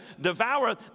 devour